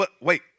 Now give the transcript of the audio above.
Wait